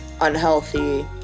unhealthy